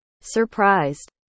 Surprised